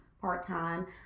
part-time